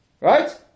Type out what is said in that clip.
Right